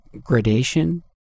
gradation